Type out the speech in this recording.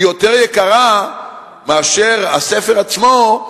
יותר יקרה מאשר הספר עצמו,